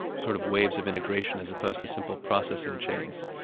sort of waves of integration as opposed to simple processing chains.